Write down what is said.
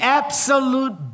absolute